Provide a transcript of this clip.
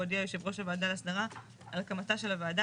הודיע יושב ראש הוועדה להסדרה על הקמתה של הוועדה,